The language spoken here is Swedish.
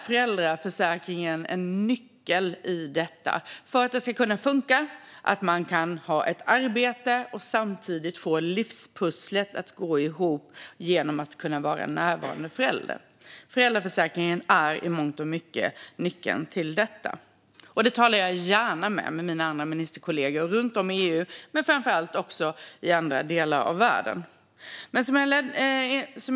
Föräldraförsäkringen är en nyckel till att det ska funka att ha ett arbete och samtidigt få livspusslet att gå ihop och vara en närvarande förälder. Föräldraförsäkringen är i mångt och mycket nyckeln till detta, och det talar jag gärna mer om med mina ministerkollegor runt om i EU men framför allt i andra delar av världen. Fru talman!